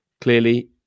clearly